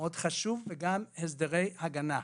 ומאוד חשוב וגם הסדרי הגנה.